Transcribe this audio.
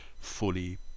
fully